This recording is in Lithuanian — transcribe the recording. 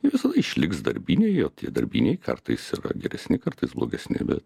jie visada išliks darbiniai o tie darbiniai kartais yra geresni kartais blogesni bet